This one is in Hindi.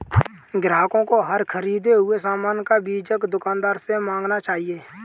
ग्राहकों को हर ख़रीदे हुए सामान का बीजक दुकानदार से मांगना चाहिए